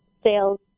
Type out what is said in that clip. sales